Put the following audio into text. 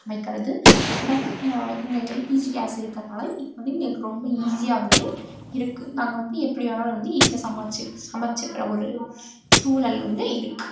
சமைக்கிறது பட் இந்த LPG gas இருக்கறனால இப்போ வந்து எங்களுக்கு ரொம்ப ஈஸியாக வந்து இருக்குது நாங்கள் வந்து எப்படி வேணுணாலும் வந்து ஈஸியாக சமைச்சி சமைச்சிக்கிற ஒரு சூழல் வந்து இருக்குது